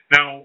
Now